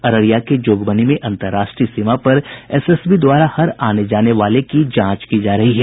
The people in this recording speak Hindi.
अररिया के जोगबनी में अंतर्राष्ट्रीय सीमा पर एसएसबी द्वारा हर आने जाने वाले की जांच की जा रही है